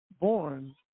born